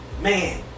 man